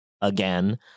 again